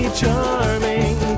charming